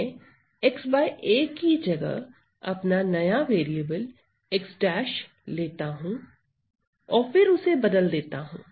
मैं xa की जगह अपना नया वेरिएबल x लेता हूं और फिर उसे बदल देता हूं